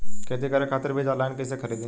खेती करे खातिर बीज ऑनलाइन कइसे खरीदी?